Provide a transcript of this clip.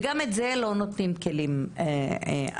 גם לזה לא נותנים כלים אמיתיים,